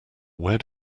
where